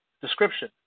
description